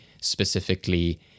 specifically